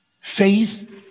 Faith